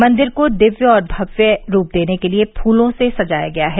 मंदिर को दिव्य और भव्य रूप देने के लिये फूलों से सजाया गया है